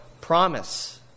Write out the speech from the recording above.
promise